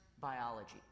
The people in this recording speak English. biology